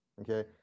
Okay